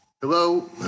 Hello